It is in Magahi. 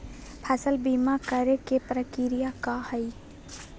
फसल बीमा करे के प्रक्रिया का हई?